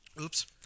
oops